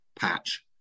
patch